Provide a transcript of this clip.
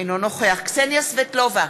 אינו נוכח קסניה סבטלובה,